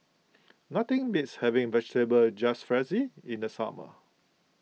nothing beats having Vegetable Jalfrezi in the summer